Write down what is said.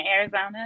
Arizona